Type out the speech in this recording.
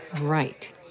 Right